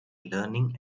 learning